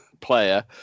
player